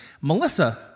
Melissa